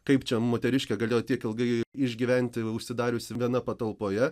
kaip čia moteriškė galėjo tiek ilgai išgyventi užsidariusi viena patalpoje